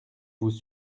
vous